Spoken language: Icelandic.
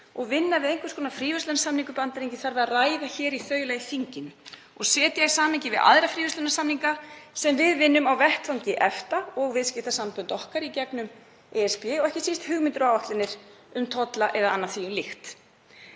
og vinnu við einhvers konar fríverslunarsamning við Bandaríkin þarf að ræða í þaula í þinginu og setja í samhengi við aðra fríverslunarsamninga sem við vinnum á vettvangi EFTA og viðskiptasambönd okkar í gegnum ESB og ekki síst hugmyndir og áætlanir um tolla eða annað því um líkt.